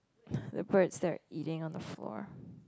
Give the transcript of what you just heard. the birds that are eating on the floor